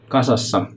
Kasassa